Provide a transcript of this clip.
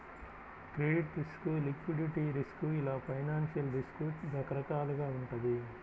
credit risk, liquidity risk ఇలా financial risk రకరకాలుగా వుంటది